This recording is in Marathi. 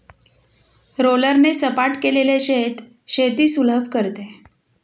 रोलरने सपाट केलेले शेत शेती सुलभ करते